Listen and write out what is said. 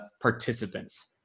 participants